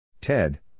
Ted